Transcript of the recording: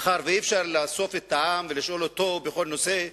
מאחר שאי-אפשר לאסוף את העם ולשאול אותו בכל נושא,